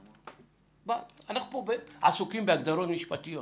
אנחנו פה עסוקים בהגדרות משפטיות